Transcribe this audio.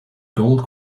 gold